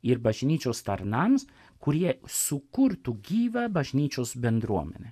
ir bažnyčios tarnams kurie sukurtų gyvą bažnyčios bendruomenę